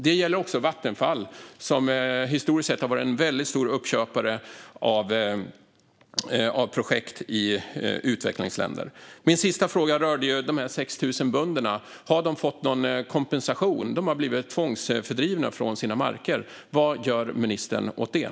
Det gäller också Vattenfall, som historiskt sett har varit en väldigt stor uppköpare av projekt i utvecklingsländer. Min sista fråga rörde de 6 000 bönderna som har blivit tvångsfördrivna från sina marker. Vad gör ministern åt det?